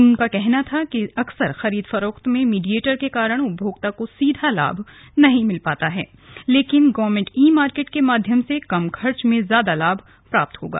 उनका कहना था कि अक्सर खरीद फरोख्त मे मीडियेटर के कारण उपभोक्ता को सीधा लाभ नहीं मिल पाता है लेकिन जीईएम के माध्यम से कम खर्च में ज्यादा लाभ प्राप्त होगा